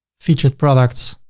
featured products,